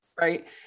right